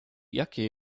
jakie